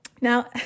Now